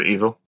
Evil